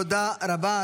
תודה רבה.